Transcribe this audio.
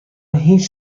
هیچ